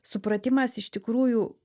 supratimas iš tikrųjų